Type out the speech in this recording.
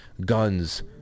guns